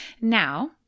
Now